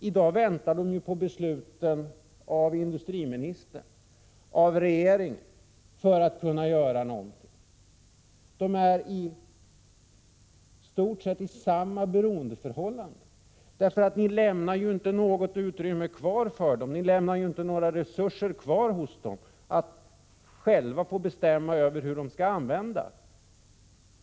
I dag väntar de på besluten av industriministern, av regeringen, för att kunna göra något. De är i stort sett i samma beroendeförhållande. Ni lämnar ju inte något utrymme eller några resurser kvar hos dem som de själva får bestämma över hur de skall användas.